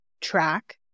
track